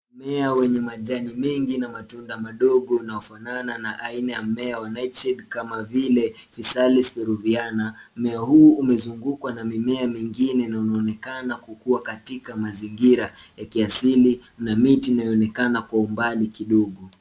Mmea wenye majani mengi na matunda madogo unaofanana na aina ya mmea wa night shed kama vile Ficalis Peruviana . Mmea huu umezungukwa na mimea mingine na inaonekana kukua katika mazingira ya kiasili na miti inayoonekana kwa umbali kidogo.